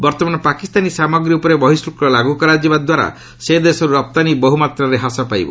ବର୍ତ୍ତମାନ ପାକିସ୍ତାନୀ ସାମଗ୍ରୀ ଉପରେ ବହିଃଶୁଳ୍କ ଲାଗୁ କରାଯିବା ଦ୍ୱାରା ସେ ଦେଶରୁ ରପ୍ତାନୀ ବହୁମାତ୍ରା ହ୍ରାସ ପାଇବ